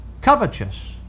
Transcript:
Covetous